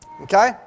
Okay